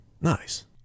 nice